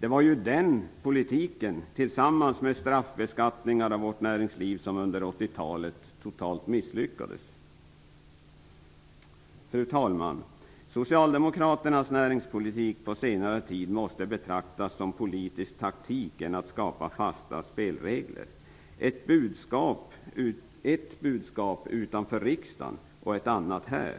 Det var ju den politiken, tillsammans med straffbeskattningar av vårt näringsliv, som under 80-talet totalt misslyckades. Fru talman! Socialdemokraternas näringspolitik under senare tid måste betraktas mer som politisk taktik än strävan att skapa fasta spelregler. De har ett budskap utanför riksdagen och ett annat här.